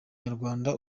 nyarwanda